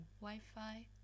Wi-Fi